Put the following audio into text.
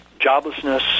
joblessness